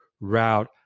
route